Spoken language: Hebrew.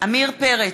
עמיר פרץ,